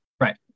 Right